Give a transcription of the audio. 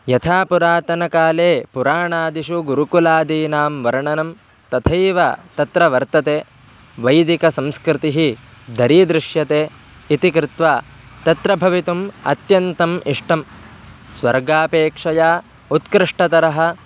यथा पुरातनकाले पुराणादिषु गुरुकुलादीनां वर्णनं तथैव तत्र वर्तते वैदिकसंस्कृतिः दरीदृश्यते इति कृत्वा तत्र भवितुम् अत्यन्तम् इष्टं स्वर्गापेक्षया उत्कृष्टतरः